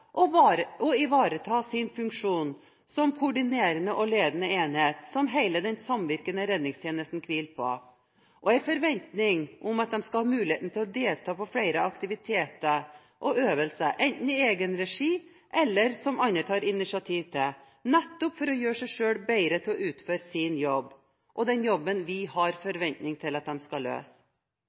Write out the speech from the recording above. å ivareta sin funksjon som koordinerende og ledende enhet, som hele den samvirkende redningstjenesten hviler på, og ut ifra en forventning om at de skal ha muligheten til å delta på flere aktiviteter og øvelser, enten i egen regi eller som andre tar initiativ til – nettopp for å gjøre seg selv bedre til å utføre sin jobb og den jobben vi har forventninger til at de skal løse.